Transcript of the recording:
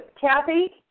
Kathy